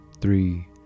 three